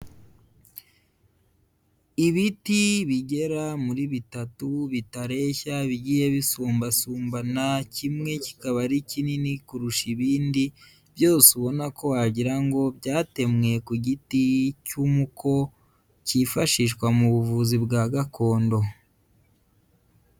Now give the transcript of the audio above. Ibiti bigera muri bitatu, bitareshya, bigiye bisumbasumbana, kimwe kikaba ari kinini kurusha ibindi, byose ubona ko wagira ngo byatemwe ku giti cy'umuko, cyifashishwa mu buvuzi bwa gakondo.